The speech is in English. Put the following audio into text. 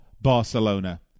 Barcelona